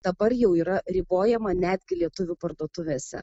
dabar jau yra ribojama netgi lietuvių parduotuvėse